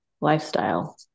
lifestyle